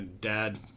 dad